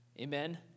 Amen